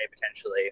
potentially